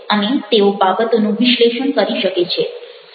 અને તેઓ બાબતોનું વિશ્લેષણ કરી શકે છે